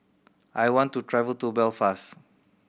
I want to travel to Belfast